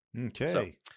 Okay